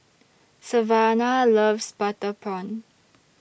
Savannah loves Butter Prawn